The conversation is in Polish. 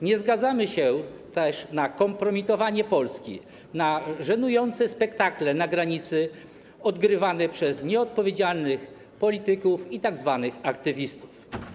Nie zgadzamy się też na kompromitowanie Polski, na żenujące spektakle na granicy odgrywane przez nieodpowiedzialnych polityków i tzw. aktywistów.